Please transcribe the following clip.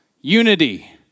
Unity